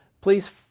Please